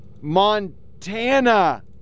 Montana